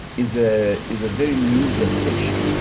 is ah is a very new gestation,